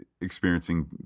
experiencing